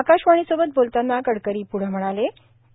आकाशवाणीसोबत बोलताना गडकरी प्रढं म्हणाले की